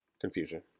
confusion